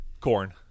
Corn